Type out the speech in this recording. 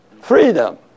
Freedom